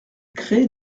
crée